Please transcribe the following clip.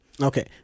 Okay